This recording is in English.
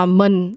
mình